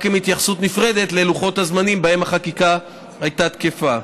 רק עם התייחסות נפרדת ללוחות הזמנים שבהם החקיקה הייתה תקפה.